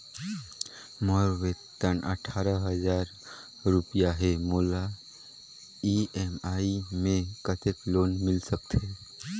मोर वेतन अट्ठारह हजार रुपिया हे मोला ई.एम.आई मे कतेक लोन मिल सकथे?